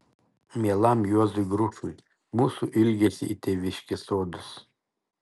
mielam juozui grušui mūsų ilgesį į tėviškės sodus